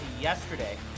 yesterday